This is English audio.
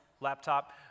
laptop